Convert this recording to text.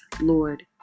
Lord